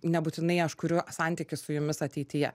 nebūtinai aš kuriu santykį su jumis ateityje